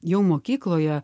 jau mokykloje